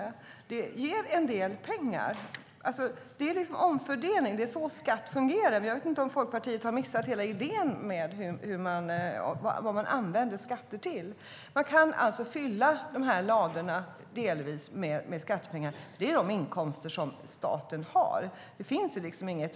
Det skulle ge en del pengar. Det är omfördelning. Det är så skatt fungerar. Jag vet inte om Folkpartiet har missat hela idén med vad man använder skatter till. Man kan alltså delvis fylla ladorna med skattepengar. Det är de inkomster som staten har.